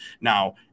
Now